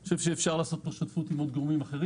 אני חושב שאפשר לעשות פה שותפות עם עוד גורמים אחרים,